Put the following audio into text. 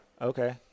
Okay